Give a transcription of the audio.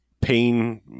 pain